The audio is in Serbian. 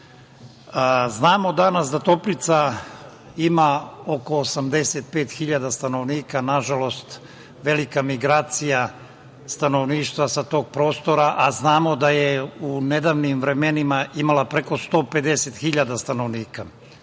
danas da Toplica ima oko 85 hiljada stanovnika, nažalost velika migracija stanovništva sa tog prostora, a znamo da je u nedavnim vremenima imala preko 150 hiljada stanovnika.